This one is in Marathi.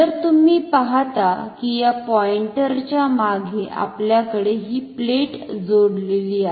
तर तुम्ही पाहता कि या पॉइंटर च्या मागे आपल्याकडे हि प्लेट जोडलेली आहे